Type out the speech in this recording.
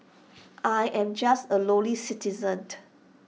I am just A lowly citizen